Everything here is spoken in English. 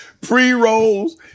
pre-rolls